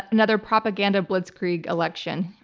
another propaganda blitzkrieg election.